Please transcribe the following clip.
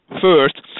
first